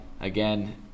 again